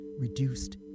reduced